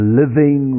living